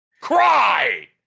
Cry